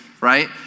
right